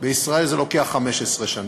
בישראל זה לוקח 15 שנים.